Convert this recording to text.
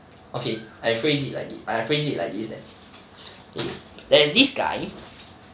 okay I phrase like it like this then K there's this guy